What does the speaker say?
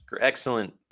excellent